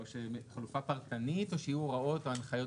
חלופה פרטנית או שיהיו הוראות או הנחיות